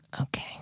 Okay